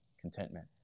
contentment